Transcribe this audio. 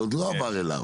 זה עוד לא עבר אליו.